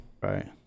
Right